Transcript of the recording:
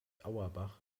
auerbach